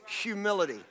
humility